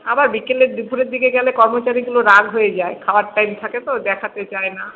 আবার বিকেলের দুপুরের দিকে গেলে কর্মচারীগুলো রাগ হয়ে যায় খাওয়ার টাইম থাকে তো দেখাতে চায় না